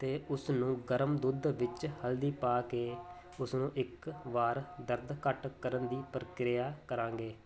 ਅਤੇ ਉਸਨੂੰ ਗਰਮ ਦੁੱਧ ਵਿੱਚ ਹਲਦੀ ਪਾ ਕੇ ਉਸਨੂੰ ਇੱਕ ਵਾਰ ਦਰਦ ਘੱਟ ਕਰਨ ਦੀ ਪ੍ਰਕਿਰਿਆ ਕਰਾਂਗੇ